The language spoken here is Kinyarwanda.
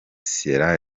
sierra